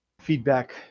feedback